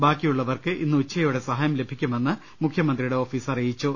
ബാക്കിയുളളവർക്ക് ഇന്ന് ഉച്ചയോടെ സഹായം ലഭിക്കു മെന്ന് മുഖ്യ മന്ത്രിയുടെ ഓഫീസ് അറിയിച്ചു